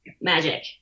magic